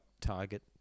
target